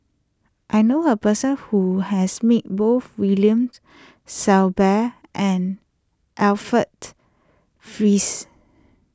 I knew a person who has met both William Shellabear and Alfred Frisby